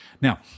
Now